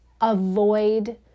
avoid